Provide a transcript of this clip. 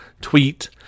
tweet